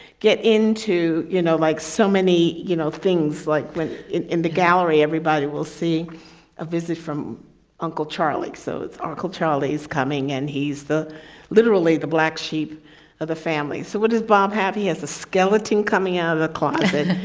get into, you know, like so many, you know, things like when in in the gallery everybody will see a visit from uncle charlie. so it's uncle charlie's coming and he's the literally the black sheep of the family. so what does bob have? have? he has a skeleton coming out of the closet,